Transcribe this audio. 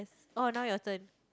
oh now your turn